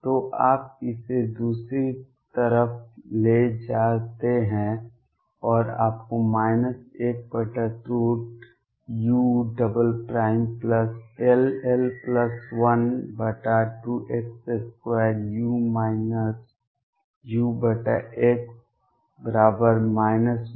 तो आप इसे दूसरी तरफ ले जाते हैं और आपको 12ull12x2u ux